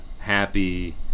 happy